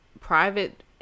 private